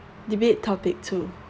debate topic two